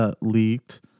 leaked